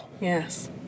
Yes